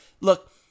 Look